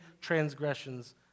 transgressions